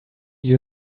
you